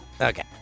Okay